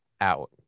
out